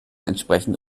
entsprechend